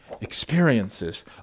experiences